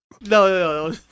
no